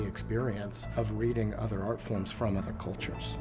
the experience of reading other art forms from other cultures